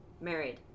married